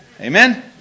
Amen